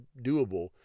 doable